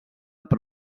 per